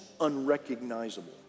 unrecognizable